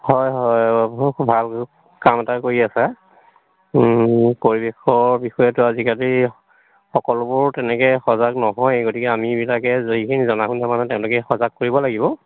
হয় হয় ভাল কাম এটা কৰি আছে পৰিৱেশৰ বিষয়েটো আজিকালি সকলোবোৰ তেনেকৈ সজাগ নহয় গতিকে আমিবিলাকে যিখিনি জনা শুনা মানুহ তেওঁলোকে সজাগ কৰিব লাগিব